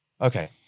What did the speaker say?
Okay